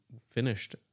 finished